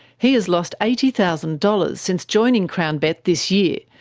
he has lost eighty thousand dollars since joining crownbet this year,